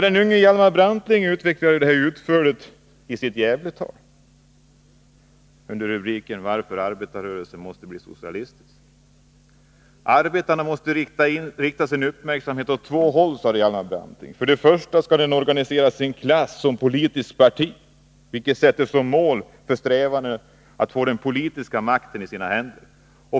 Den unge Hjalmar Branting utvecklade utförligt detta tema i sitt Gävletal under rubriken Varför arbetarrörelsen måste bli socialistisk. Arbetarna måste rikta sin uppmärksamhet mot två olika håll, sade Hjalmar Branting. För det första måste de organisera sin klass som politiskt parti, vilket sätter som mål för strävandena att få den politiska makten i sina händer.